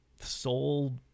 soul